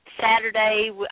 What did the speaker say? Saturday